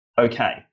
Okay